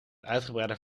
uitgebreide